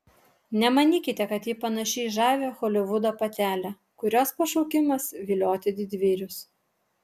nemanykite kad ji panaši į žavią holivudo patelę kurios pašaukimas vilioti didvyrius